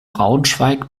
braunschweig